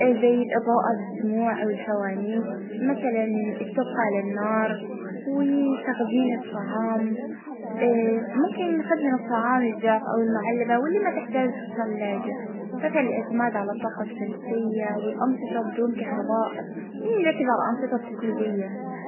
اه شموعها ونعيش يعني ببسا-ببساطة.